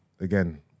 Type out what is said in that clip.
again